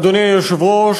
אדוני היושב-ראש,